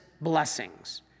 blessings